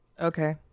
Okay